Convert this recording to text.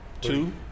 two